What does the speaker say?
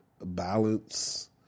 balance